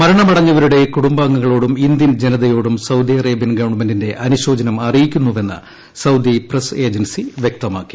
മരണമടഞ്ഞവരുടെ കൂടുംബാംഗങ്ങളോടും ഇന്ത്യൻ ജനതയോടും Saudi Arabian ഗവൺമെന്റിന്റെ അനുശോചനം അറിയിക്കുന്നുവെന്ന് സൌദി പ്രസ് ഏജൻസി വ്യക്തമാക്കി